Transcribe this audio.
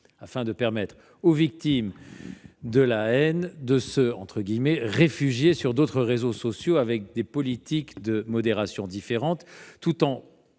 afin de permettre aux victimes de haine de se « réfugier » sur des réseaux sociaux ayant des politiques de modération différentes, tout en